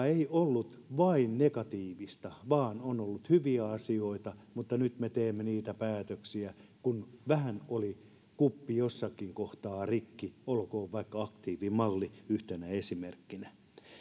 ei ollut vain negatiivista vaan on ollut hyviä asioita mutta nyt me teemme niitä päätöksiä kun vähän oli kuppi jossakin kohtaa rikki olkoon vaikka aktiivimalli yhtenä esimerkkinä